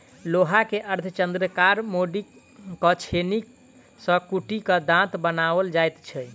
लोहा के अर्धचन्द्राकार मोड़ि क छेनी सॅ कुटि क दाँत बनाओल जाइत छै